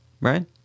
Right